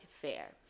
fair